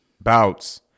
bouts